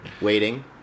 Waiting